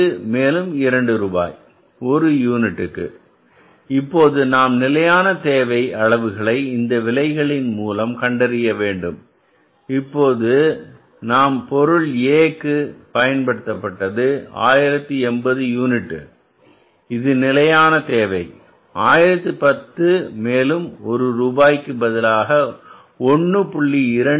5 மேலும் 2 ரூபாய் ஒரு யூனிட்டுக்கு இப்போது நாம் நிலையான தேவை அளவுகளை இந்த விலைகளின் மூலம் கண்டறிய வேண்டும் இப்போது நாம் பொருளே A க்கு பயன்படுத்தப்பட்டது 1080 யூனிட் இது நிலையான தேவை 1010 மேலும் ஒரு ரூபாய்க்கு பதிலாக ரூபாய் 1